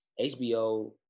HBO